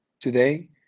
Today